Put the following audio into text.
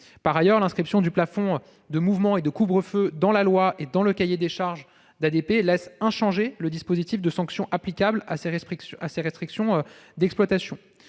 Par ailleurs, l'inscription du plafond de mouvements et du couvre-feu dans la loi, ainsi que dans le cahier des charges d'ADP, laisse inchangé le dispositif de sanctions applicable à ces restrictions d'exploitation